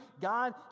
God